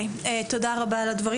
תודה רבה על הדברים.